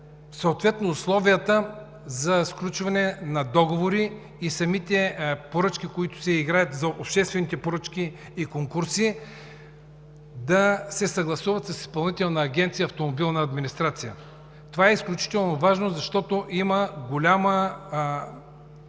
съответно условията за сключване на договори за обществените поръчки и конкурси да се съгласуват с Изпълнителна агенция „Автомобилна администрация“. Това е изключително важно, защото има голяма